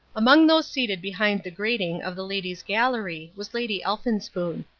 among those seated behind the grating of the ladies' gallery was lady elphinspoon.